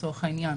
לצורך העניין,